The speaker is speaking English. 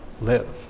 live